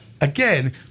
again